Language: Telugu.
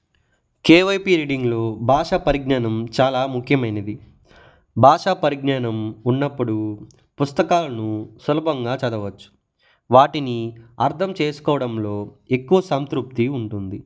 కే వై పి రిడింగ్లో భాషా పరిజ్ఞానం చాలా ముఖ్యమైనది భాషా పరిజ్ఞానం ఉన్నప్పుడు పుస్తకాలను సులభంగా చదవచ్చు వాటిని అర్థం చేసుకోవడంలో ఎక్కువ సంతృప్తి ఉంటుంది